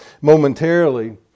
momentarily